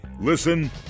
Listen